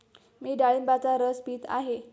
मी डाळिंबाचा रस पीत आहे